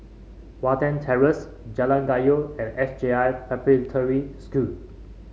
Watten Terrace Jalan Kayu and S J I Preparatory